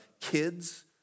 kids